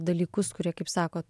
dalykus kurie kaip sakot